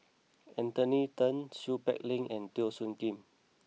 Anthony Then Seow Peck Leng and Teo Soon Kim